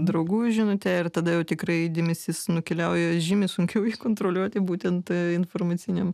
draugų žinute ir tada jau tikrai dėmesys nukeliauja žymiai sunkiau jį kontroliuoti būtent informaciniam